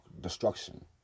destruction